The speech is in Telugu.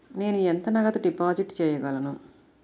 నేను ఎంత నగదు డిపాజిట్ చేయగలను?